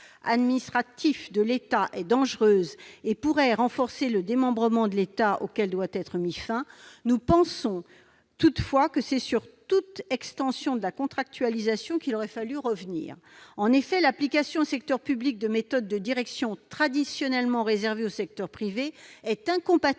administratifs de l'État [...] est dangereuse » et pourrait renforcer le démembrement de l'État auquel « il doit être mis fin », nous pensons, toutefois, que c'est sur toute extension de la contractualisation qu'il aurait fallu revenir. En effet, l'application au secteur public de méthodes de gestion traditionnellement réservées au secteur privé est incompatible